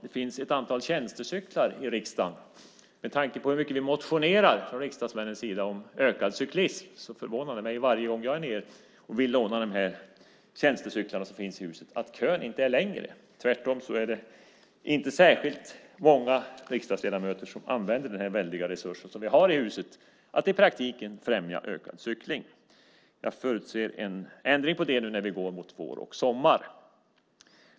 Det finns ett antal tjänstecyklar i riksdagen. Med tanke på hur mycket vi motionerar från riksdagsmännens sida om ökad cyklism förvånar det mig varje gång jag är nere och vill låna de tjänstecyklar som finns i huset att kön inte är längre. Tvärtom är det inte särskilt många riksdagsledamöter som använder den väldiga resurs vi har i huset att i praktiken främja ökad cykling. Jag förutser en ändring på det nu när vi går mot vår och sommar.